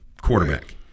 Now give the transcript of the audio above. quarterback